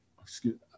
excuse